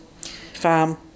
farm